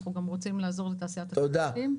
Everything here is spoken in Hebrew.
אנחנו גם רוצים לעזור לתעשיית התמרוקים בישראל.